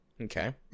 okay